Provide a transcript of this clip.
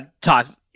toss